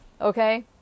okay